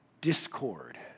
discord